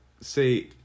say